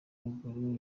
ruguru